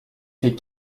fait